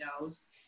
knows